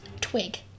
twig